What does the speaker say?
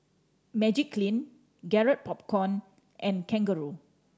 Magiclean Garrett Popcorn and Kangaroo